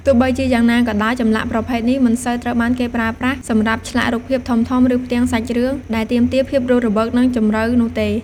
ទោះជាយ៉ាងណាក៏ដោយ ចម្លាក់ប្រភេទនេះមិនសូវត្រូវបានគេប្រើប្រាស់សម្រាប់ឆ្លាក់រូបភាពធំៗ ឬផ្ទាំងសាច់រឿងដែលទាមទារភាពរស់រវើក និងជម្រៅនោះទេ។